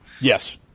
Yes